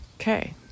Okay